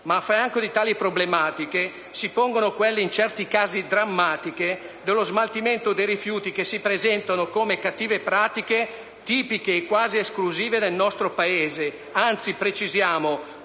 Ma a fianco di tali problematiche si pongono quelle, in certi casi drammatiche, dello smaltimento dei rifiuti, le quali si presentano come cattive pratiche, tipiche e quasi esclusive del nostro Paese,